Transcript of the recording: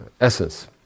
essence